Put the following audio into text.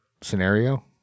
scenario